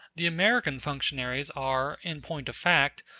the american functionaries are, in point of fact,